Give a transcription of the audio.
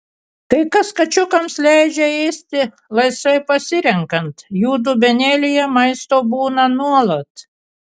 kai kas kačiukams leidžia ėsti laisvai pasirenkant jų dubenėlyje maisto būna nuolat